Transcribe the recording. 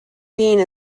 being